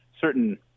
certain